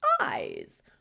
eyes